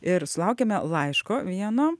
ir sulaukėme laiško vieno